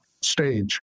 stage